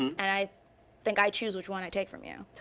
and i think i choose which one i take from you,